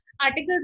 articles